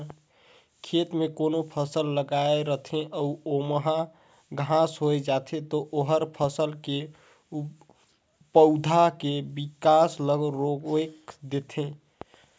खेत में कोनो फसल लगाए रथे अउ ओमहा घास होय जाथे त ओहर फसल के पउधा के बिकास ल रोयक देथे